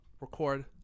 record